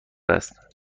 است